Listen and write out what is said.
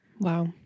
Wow